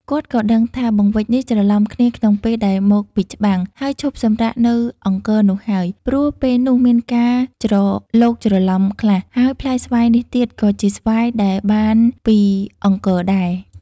គាត់ក៏ដឹងថា បង្វេចនេះច្រឡំគ្នាក្នុងពេលដែលមកពីច្បាំង ហើយឈប់សម្រាកនៅអង្គរនោះហើយ ព្រោះពេលនោះមានការច្រឡូកច្រឡំខ្លះ ហើយផ្លែស្វាយនេះទៀត ក៏ជាស្វាយដែលបានពីអង្គរដែរ។